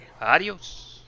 Adios